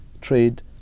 trade